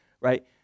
right